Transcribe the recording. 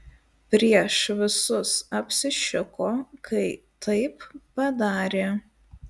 prieš visus apsišiko kai taip padarė